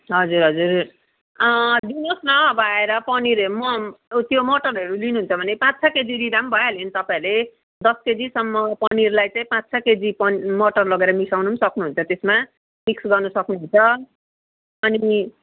हजुर हजुर दिनुहोस् न अब आएर पनिरहरू पनि अब त्यो मटरहरू लिनुहुन्छ भने पाँच छ केजी लिँदा पनि भइहाल्यो नि तपाईँहरूले दस केजीसम्म पनिरलाई चाहिँ पाँच छ केजी पनि मटर लगेर मिसाउनु पनि सक्नुहुन्छ त्यसमा मिक्स गर्नु सक्नुहुन्छ अनि